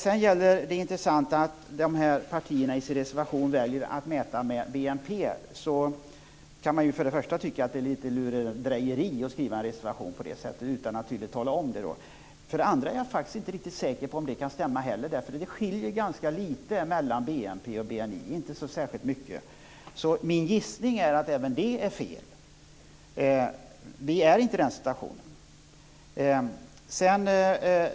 Det är intressant att dessa partier i sin reservation väljer att använda sig av BNP i sina mätningar. Man kan för det första tycka att det är litet lurendrejeri att skriva en reservation på det sättet, utan att tydligt tala om det. För det andra är jag inte heller riktigt säker på om det kan stämma, eftersom det skiljer ganska litet mellan BNP och BNI. Min gissning är att även det är fel. Vi befinner oss inte i den situationen.